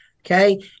Okay